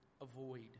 avoid